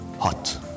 hot